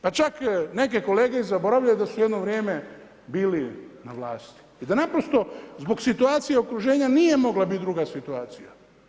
Pa čak neke kolege zaboravljaju da su jedno vrijeme bili na vlasti i da naprosto zbog situacije okruženja nije mogla biti druga situacija.